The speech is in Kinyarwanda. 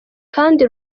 kandi